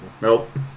nope